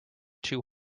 too